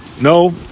No